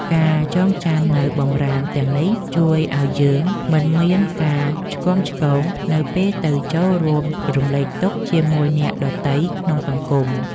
ការចងចាំនូវបម្រាមទាំងនេះជួយឱ្យយើងមិនមានការឆ្គាំឆ្គងនៅពេលទៅចូលរួមរំលែកទុក្ខជាមួយអ្នកដទៃក្នុងសង្គម។